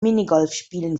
minigolfspielen